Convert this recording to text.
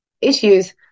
issues